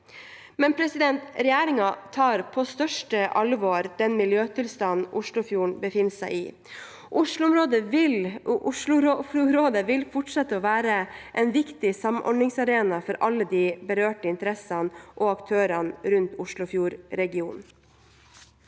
enn 60 meter. Regjeringen tar på største alvor den miljøtilstanden Oslofjorden befinner seg i. Oslofjordrådet er og vil fort sette å være en viktig samordningsarena for alle de berørte interessene og aktørene i Oslofjordregionen.